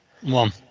one